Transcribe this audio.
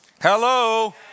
Hello